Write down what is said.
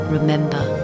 Remember